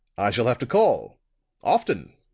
i shall have to call often!